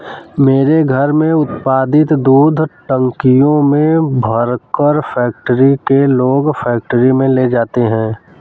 मेरे घर में उत्पादित दूध टंकियों में भरकर फैक्ट्री के लोग फैक्ट्री ले जाते हैं